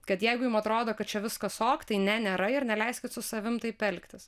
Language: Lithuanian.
kad jeigu jum atrodo kad čia viskas ok tai ne nėra ir neleiskit su savim taip elgtis